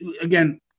again